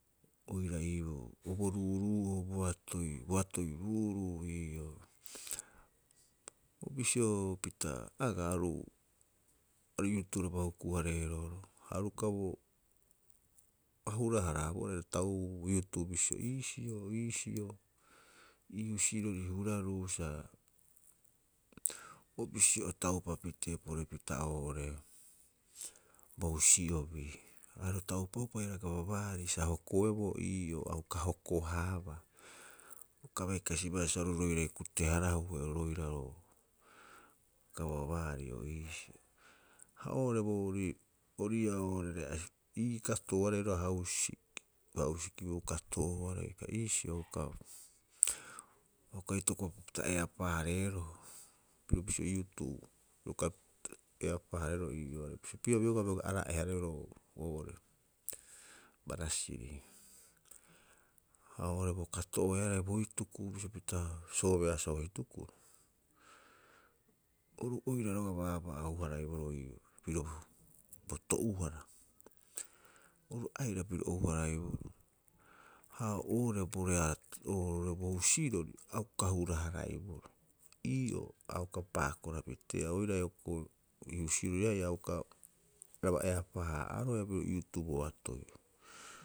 Oira ii boo, o bo ruuruu'oo boatoi, boatoi ruuruu'u ii oo. O bisio pita agaa aru, aru youth raba huku- hareero roga'a. Aru uka boo, a hura- haraaboroo aira taubuu youth bisio, iisio iisio, ii husirori huraruu sa o bisio o taupa pitee porepita oo'ore bo husi'obi. Ha ro taupa'upa haia gavamant sa hokoeboo ii'oo, a uka hoko- haabaa. A uka bai kasibaa sa oru roiraare kute- harahue oru roira ro gavamant oo iisio. Ha oo'ore boorii, ori ii'aa oo'ore re'asi, ii katooarei roga'a hausiki. Hausiki bo kato'ooarei kai iisio uka, a uka itokopapita eapaa- hareeroo, piro bisio youth, piro uka eapaa- hareeroo ii'oo, are bisio, opii'a biogaa biru araa'e- hareeroo oo'ore barasiri. Ha oo'ore bo kato'oeaarei bo hituku bisio pita soobeasoo hitukuro, oru oira roga'a baabaa a ou- haraiboroo ii'oo piro bo to'uhara. Oru aira piro ou- haraiboroo, ha oo'ore bo reeto, oo'ore bo husirori a uka hura- haraiboroo. Ii'oo a uka paakora piteea oirare hioko'i ii husirori oiraae haia uka raba eapaa- ha'aaro haia piro youth boatoi.